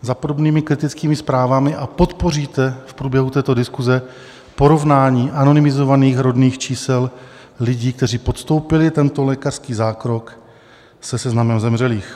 za podobnými kritickými zprávami a podpoříte v průběhu této diskuse porovnání anonymizovaných rodných čísel lidí, kteří podstoupili tento lékařský zákrok, se seznamem zemřelých.